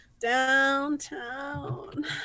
downtown